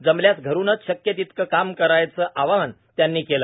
जमल्यास घरूनच शक्य तितकं काम करायचं आवाहन त्यांनी केलं